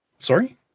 Sorry